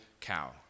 cow